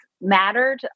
mattered